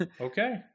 Okay